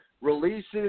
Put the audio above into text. Releases